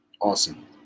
Awesome